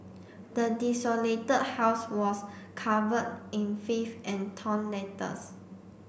the desolated house was covered in filth and torn letters